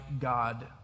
God